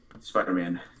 Spider-Man